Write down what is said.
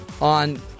on